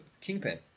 Kingpin